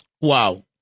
Wow